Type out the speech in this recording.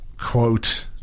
quote